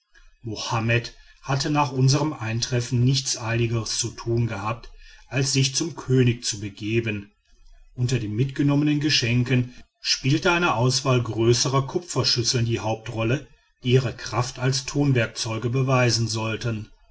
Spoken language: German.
mohammed hatte nach unserm eintreffen nichts eiligeres zu tun gehabt als sich zum könig zu begeben unter den mitgenommenen geschenken spielte eine auswahl großer kupferschüsseln die hauptrolle die ihre kraft als tonwerkzeuge beweisen sollten